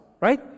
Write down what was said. right